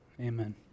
Amen